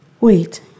Wait